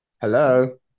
Hello